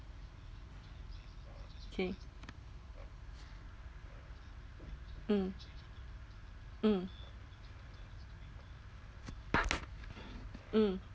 okay mm mm mm